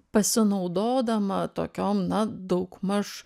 pasinaudodama tokiom na daugmaž